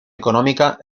económica